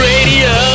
Radio